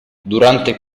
durante